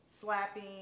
slapping